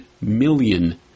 million